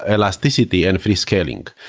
ah elasticity and free-scaling.